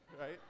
right